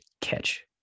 catch